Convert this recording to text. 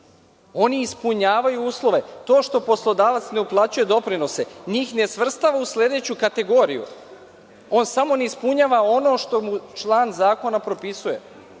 Oni ispunjavaju uslove. To što poslodavac ne uplaćuje doprinose, njih ne svrstava u sledeću kategoriju. On samo ne ispunjava ono što mu član zakona propisuje.